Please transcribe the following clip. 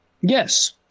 Yes